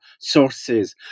sources